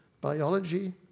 biology